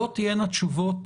אם לא תהיינה תשובות,